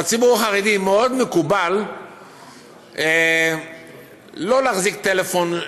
בציבור החרדי מאוד מקובל שלא להחזיק טלפון,